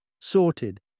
sorted